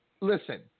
Listen